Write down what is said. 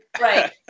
Right